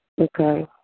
Okay